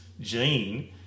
gene